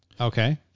Okay